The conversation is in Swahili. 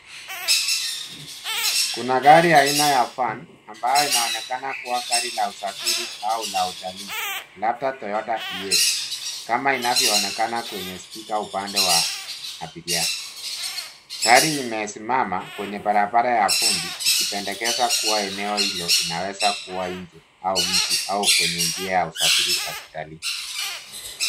Kuna gari aina ya fan, ambayo inaonekana kuwa gari la usafiri au la utalii, labda Toyota CS, kama inavyo onekana kwenye sipika upande wa abiria. Gari limesimama kwenye barabara ya fumbi, ikipendakeza kuwa eneo hilo, inaweza kuwa nje au mji, au kwenye njia ya usafiri ya kitalii.